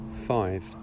Five